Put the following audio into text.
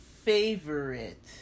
favorite